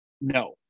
no